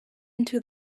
into